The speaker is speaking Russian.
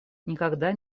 никогда